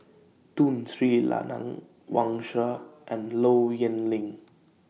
Tun Sri Lanang Wang Sha and Low Yen Ling